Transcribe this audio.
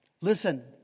Listen